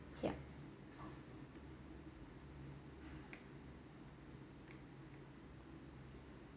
yup